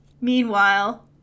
Meanwhile